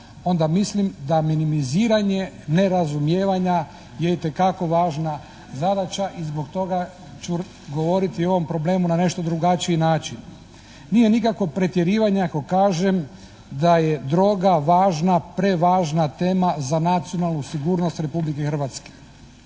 onda mislim da minimiziranje nerazumijevanja je itekako važna zadaća i zbog toga ću govoriti o ovom problemu na nešto drugačiji način. Nije nikakvo pretjerivanje ako kažem da je droga važna, prevažna tema za nacionalnu sigurnost Republike Hrvatske